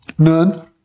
None